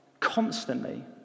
Constantly